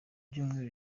byumweru